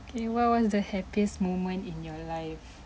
okay what was the happiest moment in your life